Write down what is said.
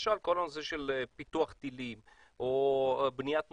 למשל כל הנושא של פיתוח טילים או בניית מטוסים,